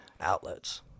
outlets